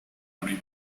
abrir